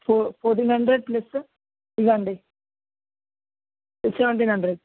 four fourteen hundred plus ఇదిగోండి seventeen hundred